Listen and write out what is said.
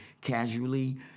casually